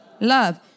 love